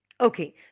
Okay